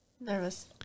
Nervous